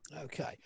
okay